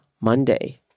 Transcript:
Monday